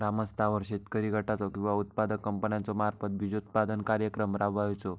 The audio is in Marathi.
ग्रामस्तरावर शेतकरी गटाचो किंवा उत्पादक कंपन्याचो मार्फत बिजोत्पादन कार्यक्रम राबायचो?